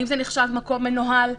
האם זה נחשב מקום מנוהל?